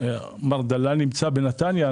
מר דלל נמצא בנתניה,